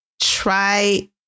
try